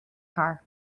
car